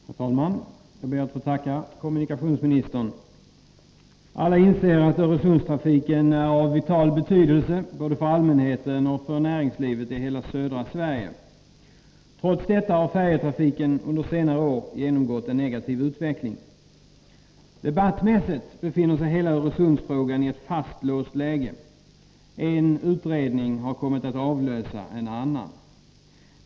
Herr talman! Jag ber att få tacka kommunikationsministern för svaret. Alla inser att Öresundstrafiken är av vital betydelse både för allmänheten och för näringslivet i hela södra Sverige. Trots detta har färjetrafiken under senare år genomgått en negativ utveckling. Debattmässigt befinner sig hela Öresundsfrågan i ett fastlåst läge. En utredning har kommit att avlösa en annan.